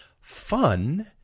fun